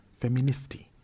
feministy